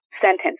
sentence